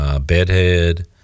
bedhead